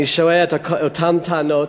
אני שומע את אותן טענות,